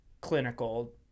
clinical